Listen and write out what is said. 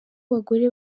abagore